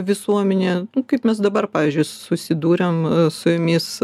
visuomenėje kaip mes dabar pavyzdžiui susidūrėm su jumis